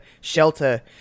shelter